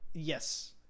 Yes